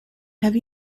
have